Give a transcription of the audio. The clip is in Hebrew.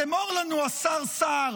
אז אמור לנו השר סער,